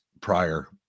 prior